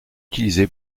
utilisé